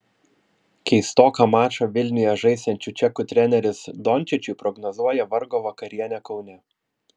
keistoką mačą vilniuje žaisiančių čekų treneris dončičiui prognozuoja vargo vakarienę kaune